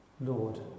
Lord